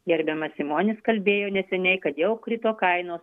gerbiamas simonis kalbėjo neseniai kad jau krito kainos